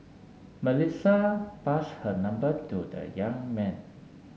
Melissa pass her number to the young man